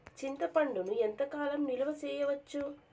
చింతపండును ఎంత కాలం నిలువ చేయవచ్చు?